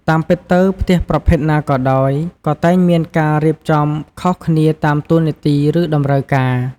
តាមពិតទៅផ្ទះប្រភេទ ណាក៏ដោយ ក៏តែងមានការរៀបចំខុសគ្នាតាមតួនាទី ឬតម្រូវការ។